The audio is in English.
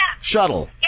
Shuttle